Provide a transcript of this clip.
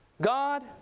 God